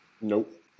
Nope